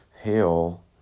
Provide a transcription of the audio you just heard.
Hail